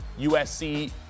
USC